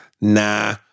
nah